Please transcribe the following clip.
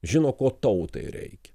žino ko tautai reikia